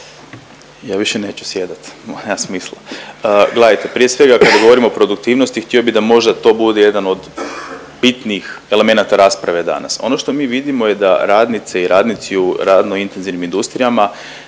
Više neću sjedat, ovo nema smisla. Gledajte prije svega kada govorimo o produktivnosti htio bih da možda to bude jedan od bitnijih elemenata rasprave danas. Ono što mi vidimo je da radnice i radnici u radno intenzivnim industrijama,